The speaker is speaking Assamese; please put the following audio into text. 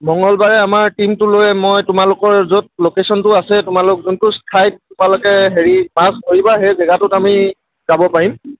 মংগলবাৰে আমাৰ টীমটো লৈ মই তোমালোকৰ য'ত ল'কেশ্যনটো আছে তোমালোক যোনটো ঠাইত তোমালোকে হেৰি কৰিবা সেই জেগাটোত আমি যাব পাৰিম